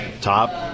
top